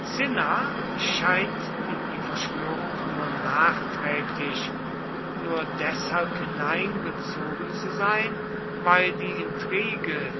scheint in die verschwörung nur nachträglich und nur deshalb hineingezogen zu sein weil die intrige